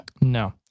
no